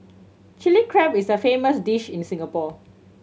Chilli Crab is a famous dish in Singapore